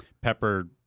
pepper